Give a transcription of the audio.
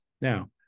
Now